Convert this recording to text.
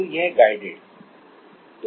तो यह गाइडेड है